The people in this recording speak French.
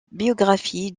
biographie